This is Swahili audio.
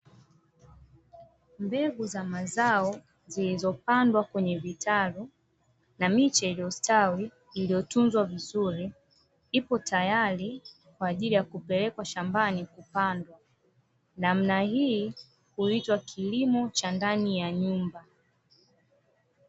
Mbegu za mazao zilizopandwa kwenye vitalu na miche iliyostawi iliyotunzwa vizuri ipo tayari kwa ajili ya kupelekwa shambani kupandwa. Namna hii huitwa kilimo cha ndani ya nyumba.